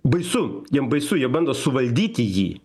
baisu jiem baisu jie bando suvaldyti jį